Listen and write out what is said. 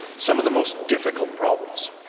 some of the most difficult problems.